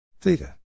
theta